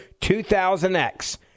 2000X